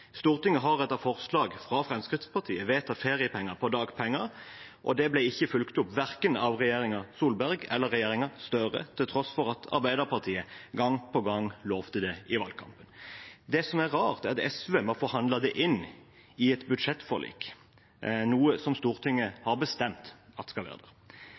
Stortinget har etter forslag fra Fremskrittspartiet vedtatt feriepenger på dagpenger, og det ble ikke fulgt opp verken av regjeringen Solberg eller regjeringen Støre til tross for at Arbeiderpartiet gang på gang lovte det i valgkampen. Det som er rart, er at SV måtte forhandle inn i et budsjettforlik noe Stortinget hadde bestemt. Jeg ser ikke bort fra at